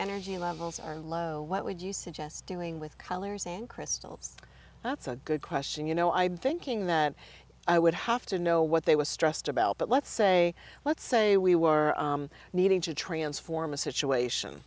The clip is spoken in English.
energy levels are low what would you suggest doing with colors and crystals that's a good question you know i thinking that i would have to know what they were stressed about but let's say let's say we were needing to